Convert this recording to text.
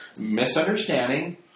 misunderstanding